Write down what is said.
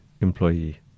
employee